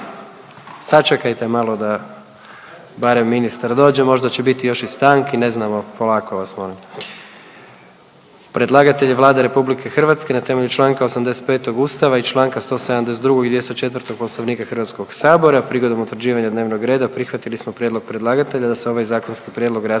Sačekajte malo da barem ministar dođe, možda će biti još i stanki. Ne znamo, polako vas molim. Predlagatelj je Vlada Republike Hrvatske na temelju članka 85. Ustava i članka 172. i 204. Poslovnika Hrvatskog sabora. Prigodom utvrđivanja dnevnog reda prihvatili smo prijedlog predlagatelja da se ovaj zakonski prijedlog raspravi